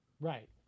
Right